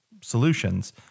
solutions